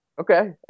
okay